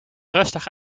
rustig